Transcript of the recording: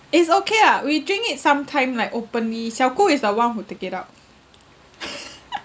is okay ah we drink it some time like openly xiao gu is the one who take it out